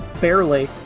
barely